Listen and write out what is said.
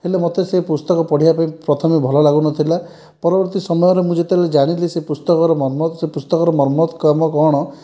ହେଲେ ମତେ ସେ ପୁସ୍ତକ ପଢ଼ିବା ପାଇଁ ପ୍ରଥମେ ଭଲ ଲାଗୁନଥିଲା ପରବର୍ତ୍ତୀ ସମୟରେ ମୁଁ ଯେତେବେଳ ଜାଣିଲି ସେ ପୁସ୍ତକର ମର୍ମ ସେ ପୁସ୍ତକର ମର୍ମ କର୍ମ କ'ଣ